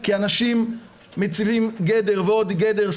כי אנשים מציבים גדר ועוד גדר,